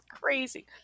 crazy